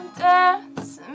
dance